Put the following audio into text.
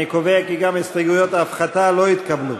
אני קובע כי גם הסתייגויות ההפחתה לא התקבלו.